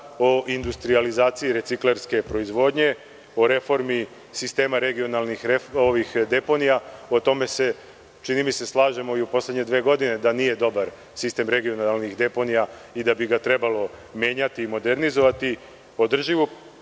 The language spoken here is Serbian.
o industrijalizaciji reciklarske proizvodnje, o reformi sistema regionalnih deponija. O tome se, čini mi se slažemo, da u poslednje dve godine nije dobar sistem regionalnih deponija i da bi ga trebalo menjati i modernizovati. Podržimo